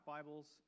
Bibles